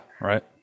right